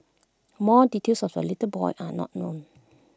more details of the little boy are not known